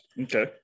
Okay